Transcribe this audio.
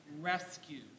rescues